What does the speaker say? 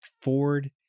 ford